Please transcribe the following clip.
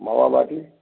मावा बाटी